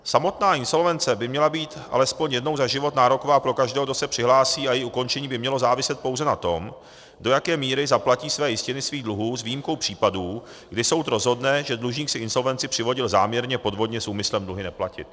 Samotná insolvence by měla být alespoň jednou za život nároková pro každého, kdo se přihlásí, a její ukončení by mělo záviset pouze na tom, do jaké míry zaplatí své jistiny svých dluhů s výjimkou případů, kdy soud rozhodne, že dlužník si insolvenci přivodil záměrně, podvodně, s úmyslem dluhy neplatit.